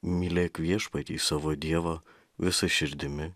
mylėk viešpatį savo dievą visa širdimi